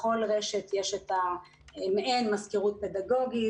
לכל רשת יש מעין מזכירות פדגוגית.